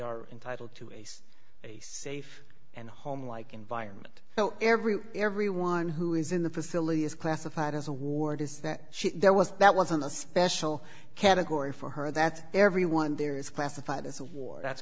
are entitled to ace a safe and home like environment every everyone who is in the facility is classified as a ward is that she was that wasn't a special category for her that everyone there is classified as a war that's